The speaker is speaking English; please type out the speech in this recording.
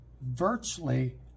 virtually